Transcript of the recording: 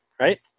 right